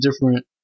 different